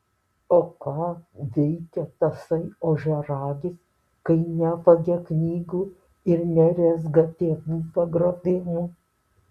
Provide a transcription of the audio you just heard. o ką veikia tasai ožiaragis kai nevagia knygų ir nerezga tėvų pagrobimų